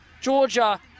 Georgia